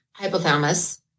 hypothalamus